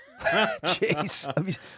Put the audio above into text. Jeez